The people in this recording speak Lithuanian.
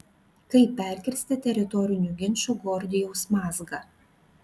kaip perkirsti teritorinių ginčų gordijaus mazgą